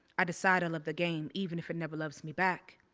i decide i love the game even if it never loves me back.